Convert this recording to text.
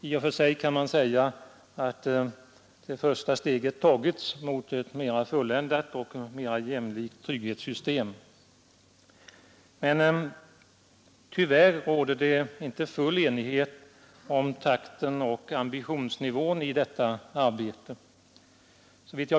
I och för sig kan man säga att det första steget tagits mot ett mera fulländat och jämlikt trygghetssystem. Men tyvärr råder det inte full enighet om takten och ambitionsnivån i detta arbete.